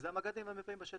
וזה המג"דים והמ"פ בשטח.